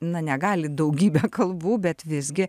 na negali daugybe kalbų bet visgi